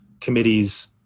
committees